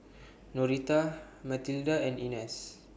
Noreta Mathilda and Inez